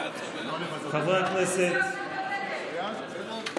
חברת הכנסת מיכל שיר סגמן,